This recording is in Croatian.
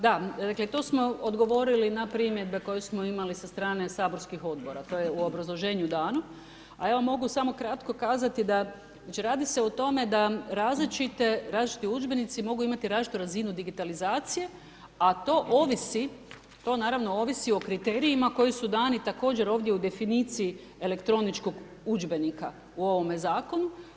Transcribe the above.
Da to smo odgovorili na primjedbe koje smo imali sa strane saborskih odbora, to je u obrazloženju dano, a ja mogu samo kratko kazati, radi se o tome da različiti udžbenici mogu imati različitu razini digitalizacije, a to naravno ovisi o kriterijima koji su dani također ovdje u definiciji elektroničkog udžbenika u ovome zakonu.